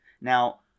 Now